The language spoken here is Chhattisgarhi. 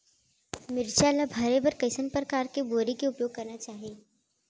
मिरचा ला भरे बर कइसना परकार के बोरी के उपयोग करना चाही?